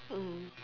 mm